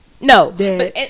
no